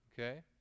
Okay